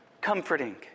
comforting